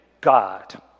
God